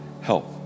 help